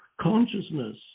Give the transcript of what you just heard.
consciousness